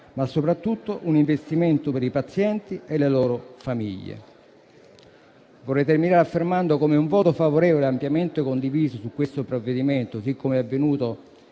ma soprattutto un investimento per i pazienti e le loro famiglie. Desidero concludere affermando come un voto favorevole ampiamente condiviso su questo provvedimento, così come è avvenuto